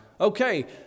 Okay